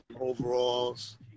overalls